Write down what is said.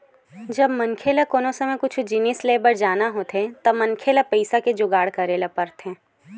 जब मनखे ल कोनो समे कुछु जिनिस लेय बर पर जाना होथे त मनखे ल पइसा के जुगाड़ करे ल परथे